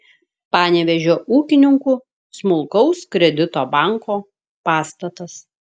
panevėžio ūkininkų smulkaus kredito banko pastatas